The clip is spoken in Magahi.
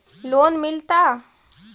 लोन मिलता?